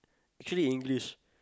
actually English